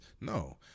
No